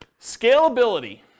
Scalability